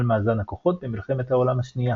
על מאזן הכוחות במלחמת העולם השנייה.